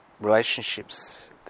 relationships